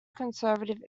conservative